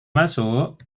masuk